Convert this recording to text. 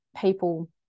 people